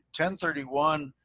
1031